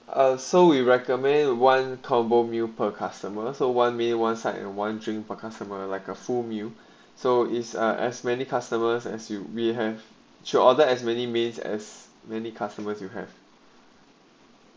and so we recommend one combo meal per customer so one may one side and one drink per customer like a full meal so is our as many customers as we we have to order as many means as many customers you have